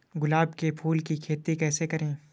गुलाब के फूल की खेती कैसे करें?